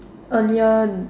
earlier